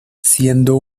siendo